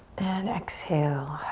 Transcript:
and exhale